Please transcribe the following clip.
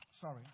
Sorry